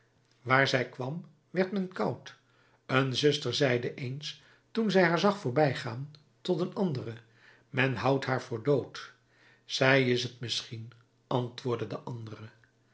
waar zij kwam werd men koud een zuster zeide eens toen zij haar zag voorbijgaan tot een andere men houdt haar voor dood zij is t misschien antwoordde de andere